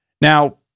Now